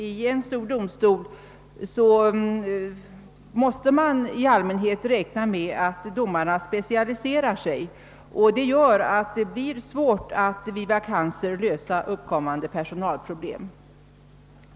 I en stor domstol måste man även i allmänhet räkna med att domarna specialiserar sig, och detta medför att det blir svårt att vid vakanser lösa upp kommande personalproblem.